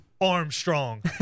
Armstrong